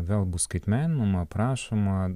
vėl bus skaitmeninama aprašoma